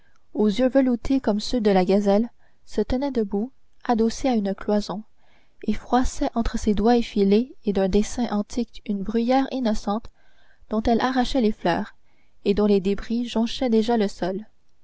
aux yeux veloutés comme ceux de la gazelle tenait debout adossée à une cloison et froissait entre ses doigts effilés et d'un dessin antique une bruyère innocente dont elle arrachait les fleurs et dont les débris jonchaient déjà le sol